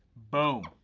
boom.